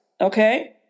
Okay